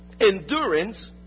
endurance